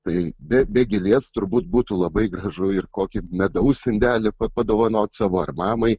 tai be be gėlės turbūt būtų labai gražu ir kokį medaus indelį padovanot savo ar mamai